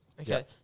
Okay